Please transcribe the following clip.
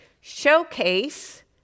Showcase